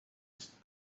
ist